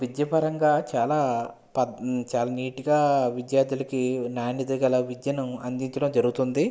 విద్యపరంగా చాలా పద్ చాలా నీట్గా విద్యార్థులకీ నాణ్యత గల విద్యను అందించడం జరుగుతుంది